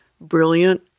brilliant